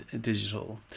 digital